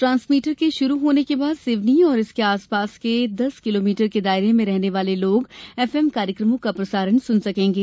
transmitter के शुरू होने के बाद सिवनी और इसके आसपास के दस किलोमीटर के दायरे में रहने वाले लोग एफएम कार्यक्रमों का प्रसारण सुन सकेंगे